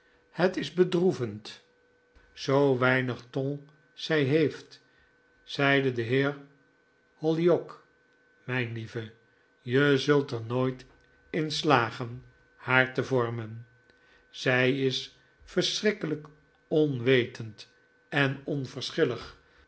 het is bedroevend zoo weinig ton zij heeft zeide de heer hollyock mijn lieve je zult er nooit in slagen haar te vormen zij is verschrikkelijk onwetend en